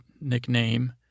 nickname